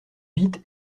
vite